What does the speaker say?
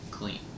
clean